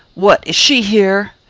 what! is she here?